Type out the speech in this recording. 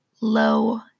low